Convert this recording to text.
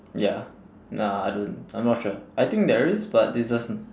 ya nah I don't I'm not sure I think there is but it's just